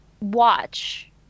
watch